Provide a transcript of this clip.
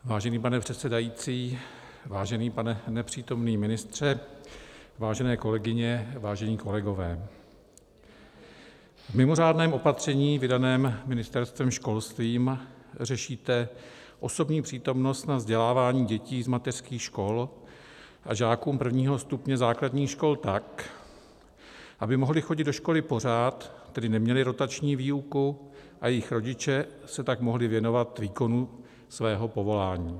Vážený pane předsedající, vážený pane nepřítomný ministře, vážené kolegyně, vážení kolegové, v mimořádném opatření vydaném Ministerstvem školství řešíte osobní přítomnost na vzdělávání dětí z mateřských škol a žáků prvního stupně základních škol tak, aby mohli chodit do školy pořád, tedy neměly rotační výuku a jejich rodiče se tak mohli věnovat výkonu svého povolání.